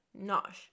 nosh